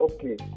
Okay